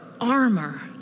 armor